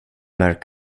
mörk